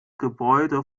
gebäude